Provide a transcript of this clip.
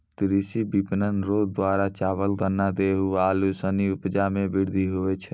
कृषि विपणन रो द्वारा चावल, गन्ना, गेहू आरू सनी उपजा मे वृद्धि हुवै छै